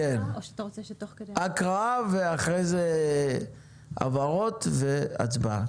הקראה ואחרי זה הבהרות והצבעה.